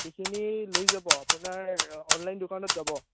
এইখিনি লৈ যাব আপোনাৰ অনলাইন দোকানত যাব